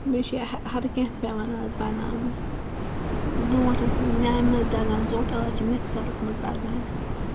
بیٚیہِ چھُ یہِ ہر کیٚنٛہہ پیٚوان آز بناوُن برٛونٹھ ٲسۍ نِیامہ منٛز دَگان ژھوٹہٕ آز چھِ مِکسرس منٛز دَگان